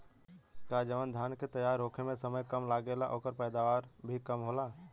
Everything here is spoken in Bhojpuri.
का जवन धान के तैयार होखे में समय कम लागेला ओकर पैदवार भी कम होला?